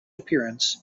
appearance